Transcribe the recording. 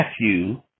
Matthew